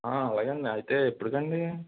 అలాగే అండి అయితే ఎప్పుటికి అండి